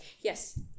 yes